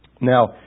Now